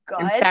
good